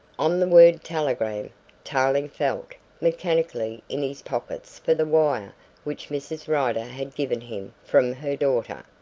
on the word telegram tarling felt mechanically in his pockets for the wire which mrs. rider had given him from her daughter.